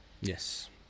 yes